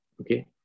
Okay